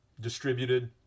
distributed